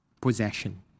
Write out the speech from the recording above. possession